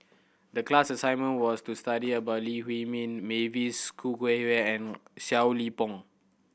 the class assignment was to study about Lee Huei Min Mavis Khoo Oei and Seow Lee Pong